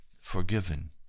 forgiven